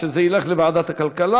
שזה ילך לוועדת הכלכלה.